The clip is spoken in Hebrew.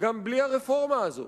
גם בלי הרפורמה הזאת,